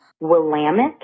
Willamette